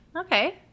Okay